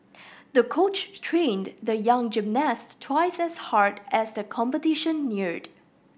the coach trained the young gymnast twice as hard as the competition neared